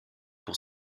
pour